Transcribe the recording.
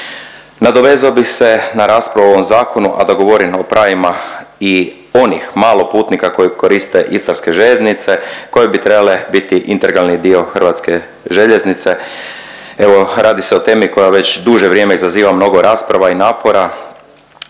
Nadovezao bih se na raspravu o ovom zakonu, a da govorim o pravima i onih malo putnika koji koriste istarske željeznice koje bi trebale biti integralni dio Hrvatske željeznice. Evo, radi se o temi koja već duže vrijeme izaziva mnogo rasprava i napora,